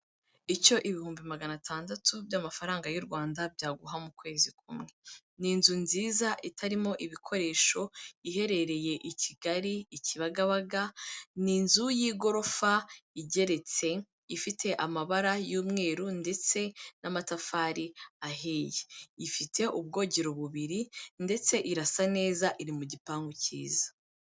Icyo ibihumbi magana atandatu by'amafaranga y'u Rwanda byaguha mu kwezi kumwe, ni inzu nziza itarimo ibikoresho iherereye i Kigali i Kibagabaga, ni inzu y'igorofa igeretse ifite amabara y'umweru ndetse n'amatafari ahiye, ifite ubwogero bubiri ndetse irasa neza, iri mu gipangu cyiza.